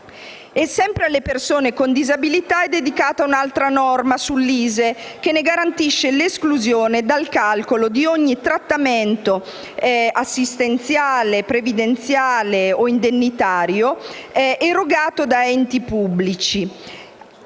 Sempre alle persone con disabilità è dedicata un'altra norma sull'ISEE che ne garantisce l'esclusione dal calcolo di ogni trattamento assistenziale, previdenziale o indennitario erogato da enti pubblici.